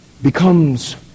becomes